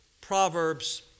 Proverbs